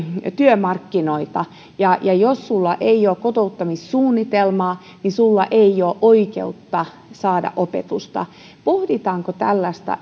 työmarkkinoita ja jos sinulla ei ole kotouttamissuunnitelmaa niin sinulla ei ole oikeutta saada opetusta pohditaanko tällaista